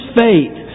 faith